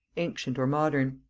ancient or modern.